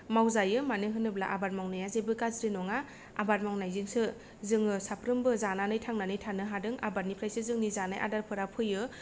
मावजायो मानो होनोब्ला आबाद मावनाया जेबो गाज्रि नङा आबाद मावनायजोंसो जोङो साफ्रोमबो जानानै थांनानै थानो हादों आबादनिफ्रायसो जोंनि जानाय आदारफोरा फैयो